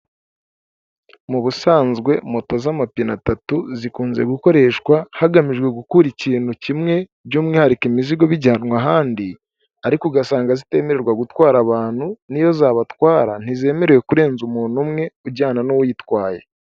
Mu busanzwe moto z'amapine atatu zikunze gukoreshwa hagamijwe gukora ikintu kimwe by'umwihariko imizigo bijyanwa ahandi, ariko ugasanga zitemererwa gutwara abantu n'iyo zabatwara ntizemerewe kurenza umuntu umwe ujyana n'uw'uyitwaye.